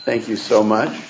thank you so much